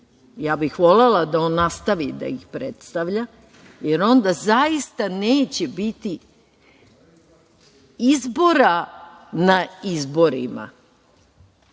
Ja bih volela da on nastavi da ih predstavlja jer onda zaista neće biti izbora na izborima